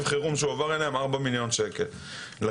חירום בסכום של 4 מיליון שקלים שהועבר אליהם,